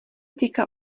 týká